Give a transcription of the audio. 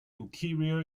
interior